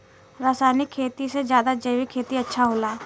रासायनिक खेती से ज्यादा जैविक खेती अच्छा होला